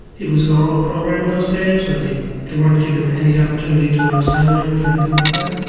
it was an oral program in those days and they they weren't given any opportunity to learn sign language or anything like that.